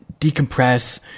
decompress